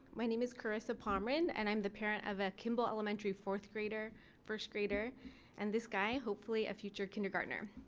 my name is charissa pomrehn and i'm the parent of ah kimball elementary fourth grader first grader and this guy. hopefully a future kindergartner.